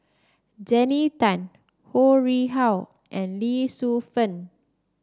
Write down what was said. Jannie Tay Ho Rih Hwa and Lee Shu Fen